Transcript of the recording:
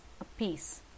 apiece